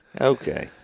Okay